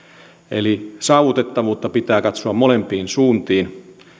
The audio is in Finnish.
eli saavutettavuutta pitää katsoa molempiin suuntiin